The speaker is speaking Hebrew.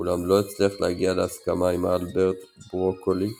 אולם לא הצליח להגיע להסכמה עם אלברט ברוקולי